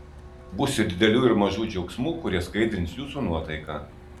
bus ir didelių ir mažų džiaugsmų kurie skaidrins jūsų nuotaiką